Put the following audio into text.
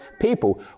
people